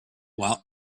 while